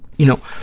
you know,